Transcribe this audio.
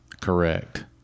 Correct